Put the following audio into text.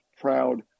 proud